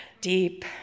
Deep